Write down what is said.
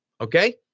okay